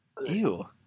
Ew